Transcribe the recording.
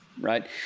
right